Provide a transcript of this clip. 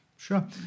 Sure